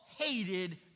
Hated